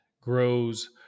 grows